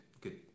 good